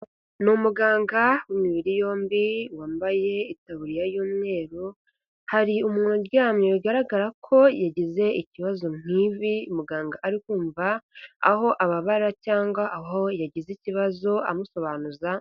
Ni umuganga w'imibiri yombi wambaye itaburiya y'umweru, hari umuntu uryamye bigaragara ko yagize ikibazo mu ivi, muganga ari kumva aho ababara cyangwa aho yagize ikibazo, amusobanuza.